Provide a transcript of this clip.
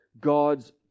God's